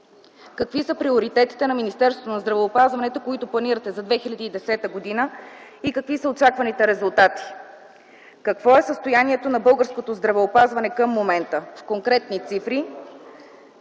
Какви са приоритетите на Министерството на здравеопазването, които планирате за 2010 г. и какви са очакваните резултати? Какво е състоянието на българското здравеопазване към момента в конкретни цифри?